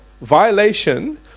Violation